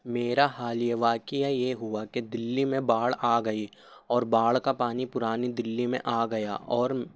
میرا حالیہ واقعہ یہ ہوا کہ دلّی میں باڑھ آ گئی اور باڑھ کا پانی پورانی دلّی میں آ گیا اور